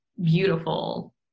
beautiful